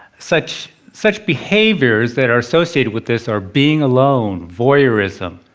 such such behaviours that are associated with this are being alone, voyeurism,